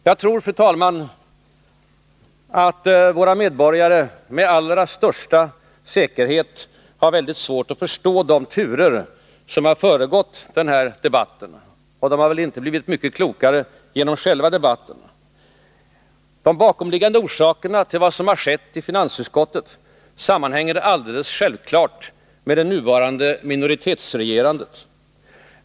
Jagtror, fru talman, att våra medborgare har haft väldigt svårt att förstå de turer som har föregått dagens finansdebatt, och de har inte blivit mycket klokare genom själva debatten. De bakomliggande orsakerna till vad som skedde i finansutskottet sammanhänger alldeles självklart med det nuvarande minoritetsregerandet.